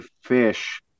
fish